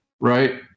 right